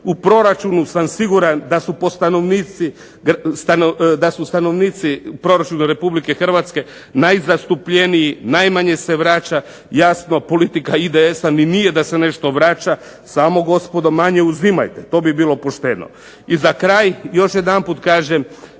U proračunu sam siguran da su stanovnici proračuna Republike Hrvatske najzastupljeniji, najmanje se vraća. Jasno politika IDS-a ni nije da se nešto vraća, samo gospodo manje uzimajte. To bi bilo pošteno. I za kraj još jednom kažem